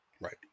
Right